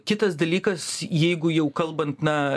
kitas dalykas jeigu jau kalbant na